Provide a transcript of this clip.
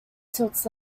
tilts